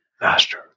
master